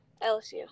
LSU